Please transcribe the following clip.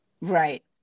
Right